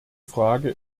frage